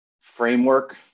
framework